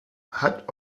hat